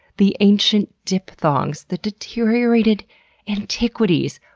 the ancient diphthongs! the deteriorated antiquities!